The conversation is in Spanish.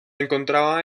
encontraba